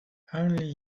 only